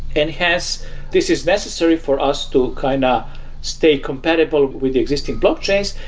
and hence, this is necessary for us to kind of stay compatible with the existing blockchains.